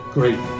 Great